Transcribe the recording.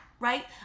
right